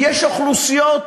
ויש אוכלוסיות,